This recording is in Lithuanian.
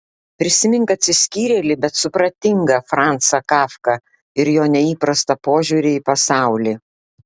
prisimink atsiskyrėlį bet supratingą francą kafką ir jo neįprastą požiūrį į pasaulį